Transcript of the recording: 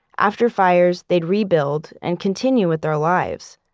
after fires, they'd rebuild and continue with their lives.